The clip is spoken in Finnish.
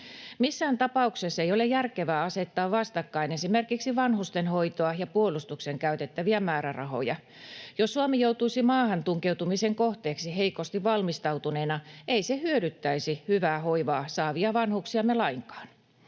Missään tapauksessa ei ole järkevää asettaa vastakkain esimerkiksi vanhustenhoitoa ja puolustukseen käytettäviä määrärahoja. Jos Suomi joutuisi maahan tunkeutumisen kohteeksi heikosti valmistautuneena, ei se hyödyttäisi hyvää hoivaa saavia vanhuksiamme lainkaan.